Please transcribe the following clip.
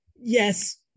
Yes